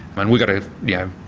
and we've got to, yeah